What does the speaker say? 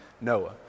Noah